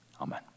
amen